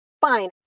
Fine